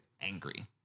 angry